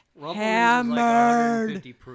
hammered